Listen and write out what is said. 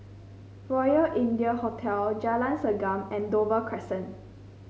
Royal India Hotel Jalan Segam and Dover Crescent